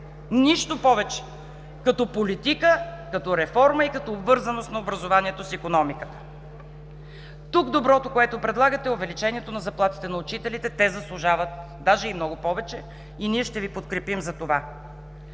Нищо повече, като политика, като реформа и като обвързаност на образованието с икономиката! Тук доброто, което предлагате, е увеличението на заплатите на учителите. Те заслужават даже и много повече, и ние ще Ви подкрепим за това.